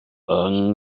yng